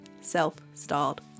self-styled